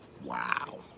Wow